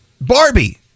Barbie